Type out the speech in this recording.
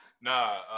Nah